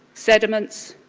sediments,